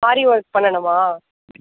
ஆரி work பண்ணணுமா